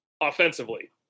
offensively